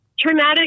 traumatic